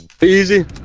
Easy